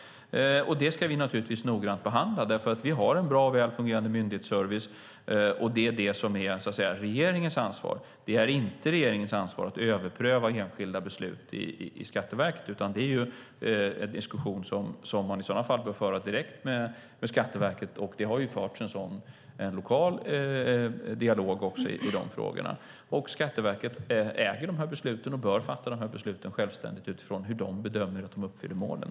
Detta ska vi naturligtvis noggrant behandla, för vi har en bra och välfungerande myndighetsservice, och det är det som är regeringens ansvar. Det är inte regeringens ansvar att överpröva enskilda beslut i Skatteverket, utan det är en diskussion som man i sådana fall bör föra direkt med Skatteverket. Det har ju också förts en lokal dialog i de frågorna. Det är Skatteverket som äger dessa beslut och bör fatta dem självständigt utifrån hur man bedömer att man uppfyller målen.